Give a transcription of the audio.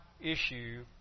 issue